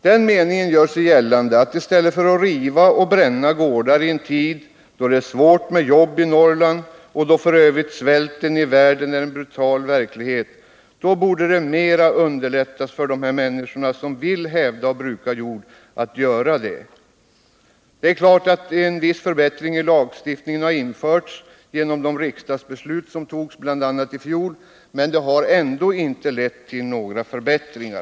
Den meningen gör sig gällande att i stället för att riva och bränna gårdar i en tid då det är svårt med jobb i Norrland och då f. ö. svälten i världen är en brutal verklighet borde man underlätta för de människor som vill hävda brukbar jord att också göra det. Visserligen har lagstiftningen ändrats genom de riksdagsbeslut som togs bl.a. i fjol, men det har inte lett till några förbättringar.